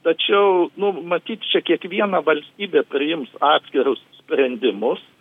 tačiau nu matyt čia kiekviena valstybė priims atskirus sprendimus